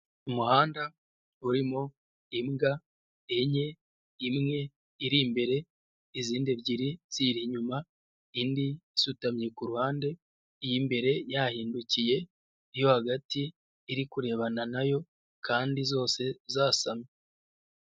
Umuhanda urimo imbwa enye, imwe iri imbere izindi ebyiri ziyiri inyuma, indi isutamye kuru ruhande, iy'imbere yahindukiye, iyo hagati iri kurebana na yo kandi zose zasamye.